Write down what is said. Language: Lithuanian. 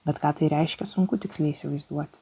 bet ką tai reiškia sunku tiksliai įsivaizduoti